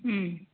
ओ